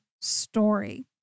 story